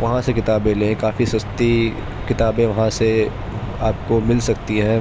وہاں سے کتابیں لیں کافی سستی کتابیں وہاں سے آپ کو مل سکتی ہیں